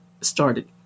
started